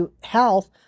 health